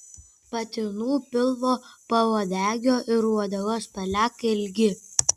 patinų pilvo pauodegio ir uodegos pelekai ilgi